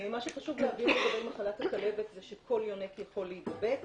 מה שחשוב להבהיר לגבי מחלת הכלבת זה שכל יונק יכול להידבק.